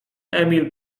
emil